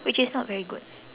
which is not very good